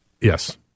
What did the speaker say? yes